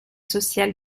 social